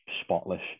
spotless